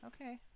Okay